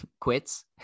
quits